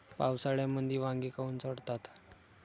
पावसाळ्यामंदी वांगे काऊन सडतात?